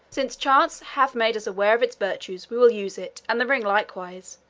since chance hath made us aware of its virtues, we will use it, and the ring likewise,